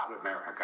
America